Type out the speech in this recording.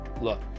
look